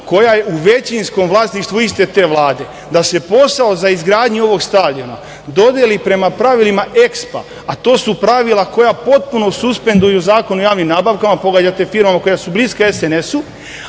koja je u većinskom vlasništvu iste te Vlade, da se posao za izgradnju ovog stadiona dodelila prema pravilima EXPO-a, a to su pravila koja potpuno suspenduju Zakon o javnim nabavkama, pogađate firmama koje su bliske SNS-u,